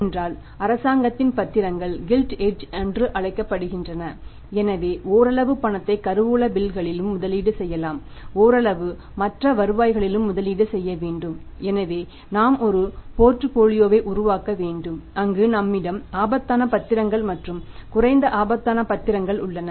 ஏனென்றால் அரசாங்கத்தின் பத்திரங்கள் கில்ட் எட்ஜ் யோவை உருவாக்க வேண்டும் அங்கு நம்மிடம் ஆபத்தான பத்திரங்கள் மற்றும் குறைந்த ஆபத்தான பத்திரங்கள் உள்ளன